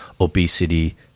obesity